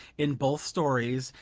in both stories,